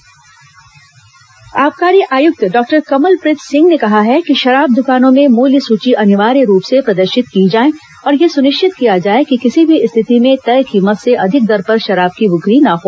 आबकारी आयुक्त बैठक आबकारी आयुक्त डॉक्टर कमलप्रीत सिंह ने कहा है कि शराब द्वकानों में मूल्य सूची अनिवार्य रूप से प्रदर्शित की जाएं और यह सुनिश्चित किया जाए कि किसी भी स्थिति में तय कीमत से अधिक दर पर शराब की बिक्री न हो